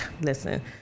listen